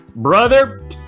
Brother